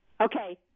Okay